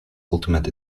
ultimate